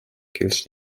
kills